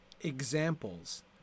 examples